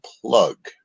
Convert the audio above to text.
plug